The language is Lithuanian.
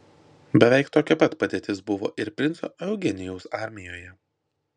beveik tokia pat padėtis buvo ir princo eugenijaus armijoje